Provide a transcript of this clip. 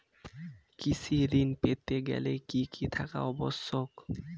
কৃষি ঋণ পেতে গেলে কি কি থাকা আবশ্যক?